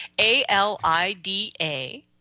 a-l-i-d-a